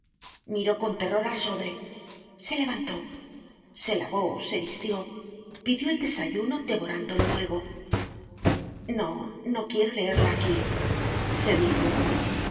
miró con terror al sobre se levantó se lavó se vistió pidió el desayuno devorándolo luego no no quiero leerla aquí se dijo